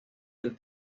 del